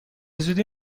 زودی